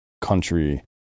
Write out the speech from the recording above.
country